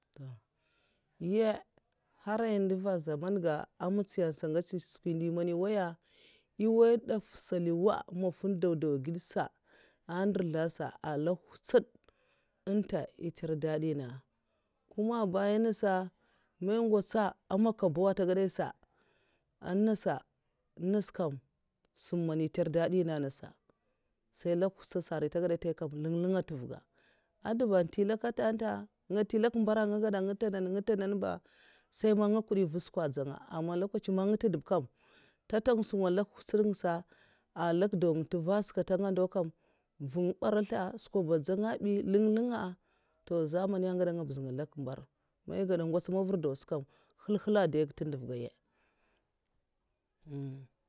Toh nyè nhara ndèva zaman ga'ah mutsiya sa ngets ya sa skwi ndè man èwai sa ai daf saluwa maf'n daw daw gedsa ahn ndirzlasa ah nlak nhutsud anta n'nter dadi nenga kuma abaya nasa man eh ngwotsa makabaw ntè gèd'dai sa un nasa an nas kam sam man èh ntèr dadi nènga nasa sai nlak nhutsud'sa arai nte gada ntaya kam nlin nlin nte nduvga a dèba nti nlèk ntè ntè nga nte nlek mbera nga gada nga nta'nan nga nta'nan ba sai mana nga nkudi nva sakwa ndzenga aman lokachin man nga ntudeb kam nta nteng sunga nlek nhwutsud ngasa ah lek daw nga nteva sa kata nga ndow kam vunga mbarizl'a skwa ba ndzenga bi nlin nlinga to zamani nga gada nga mbuznga lek mbar, ai gwoda ngwots mavar dawsa kam nhel'nhella n'daiga nta nduvgai'nya.